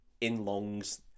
in-longs